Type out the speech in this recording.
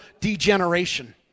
degeneration